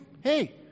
Hey